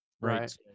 right